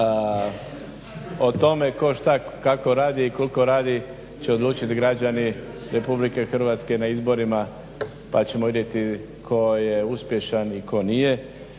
O tome tko, šta, kako radi i koliko radi će odlučit građani Republike Hrvatske na izborima pa ćemo vidjeti tko je uspješan i tko nije.